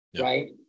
right